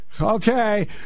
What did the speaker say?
okay